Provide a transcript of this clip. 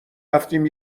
رفتیم